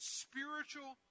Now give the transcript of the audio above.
spiritual